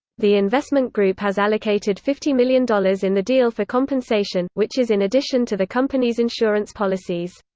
the investment group has allocated fifty million dollars in the deal for compensation, which is in addition to the company's insurance policies.